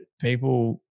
people